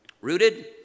rooted